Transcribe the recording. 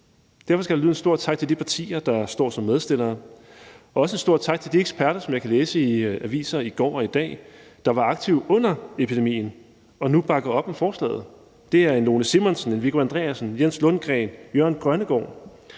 Derfor skal der lyde en stor tak til de partier, der står som medforslagsstillere, og også en stor tak til de eksperter, der var aktive under epidemien, og som jeg i aviser i går og i dag kan læse nu bakker op om forslaget. Det er Lone Simonsen, Viggo Andreasen, Jens Lundgren og Jørgen Grønnegård,